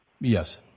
Yes